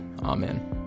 Amen